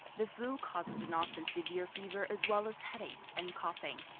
the flu causes an often severe fever. as well as headaches and coughing.